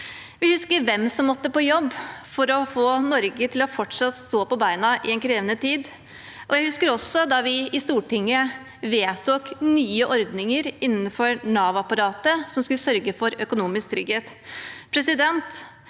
Vi husker hvem som måtte på jobb for å få Norge til fortsatt å stå på beina i en krevende tid. Jeg husker også da vi i Stortinget vedtok nye ordninger innenfor Nav-apparatet som skulle sørge for økonomisk trygghet.